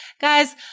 Guys